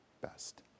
best